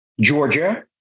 Georgia